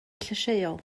llysieuol